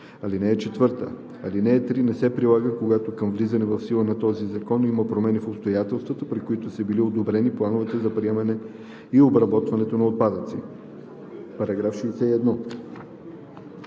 си.“ (4) Алинея 3 не се прилага, когато към влизането в сила на този закон има промени в обстоятелствата, при които са били одобрени плановете за приемане и обработване на отпадъци. По § 61